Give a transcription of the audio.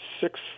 six